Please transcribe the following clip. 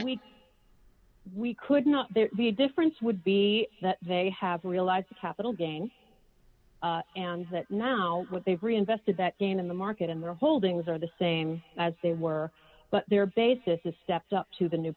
we we could not be a difference would be that they have realized capital gains and that now what they've reinvested that gain in the market and their holdings are the same as they were but they're basis is stepped up to the new